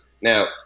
Now